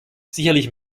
sicherlich